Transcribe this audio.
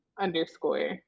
underscore